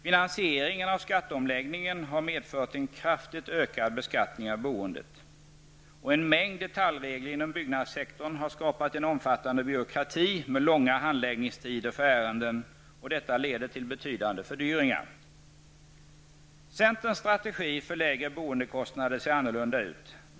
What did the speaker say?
Finansieringen av skatteomläggningen har medfört en kraftigt ökad beskattning av boendet. En mängd detaljregler inom byggnadssektorn har skapat en omfattande byråkrati med långa handläggningstider för ärenden. Detta leder till betydande fördyringar. Centerns strategi för lägre boendekostnader ser annorlunda ut.